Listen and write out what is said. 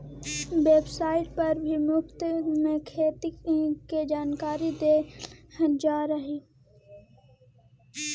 website पर भी मुफ्त में खेती के जानकारी देल जा हई